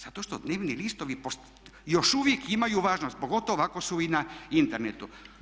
Zato što dnevni listovi još uvijek imaju važnost pogotovo ako su i na internetu.